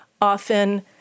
Often